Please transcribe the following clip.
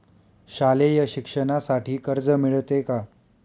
शालेय शिक्षणासाठी कर्ज मिळते का?